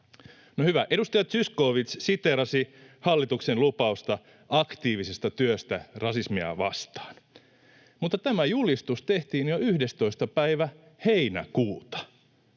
No hyvä, edustaja Zyskowicz siteerasi hallituksen lupausta aktiivisesta työstä rasismia vastaan. Mutta tämä julistus tehtiin jo 11. päivä heinäkuuta.